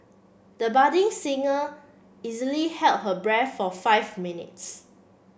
the budding singer easily held her breath for five minutes